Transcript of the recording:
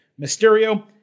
Mysterio